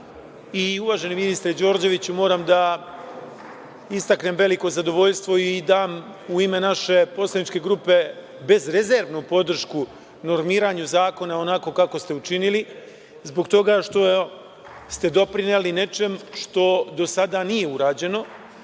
Uvaženi ministre Đorđeviću, moram da istaknem veliko zadovoljstvo i dam u ime naše poslaničke grupe bezrezervnu podršku normiranju zakona onako ste učinili, zbog toga što ste doprineli nečemu što do sada nije urađeno,